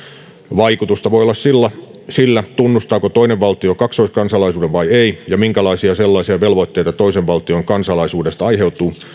vaikutusta voi olla sillä sillä tunnustaako toinen valtio kaksoiskansalaisuuden vai ei ja minkälaisia sellaisia velvoitteita toisen valtion kansalaisuudesta aiheutuu